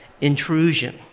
intrusion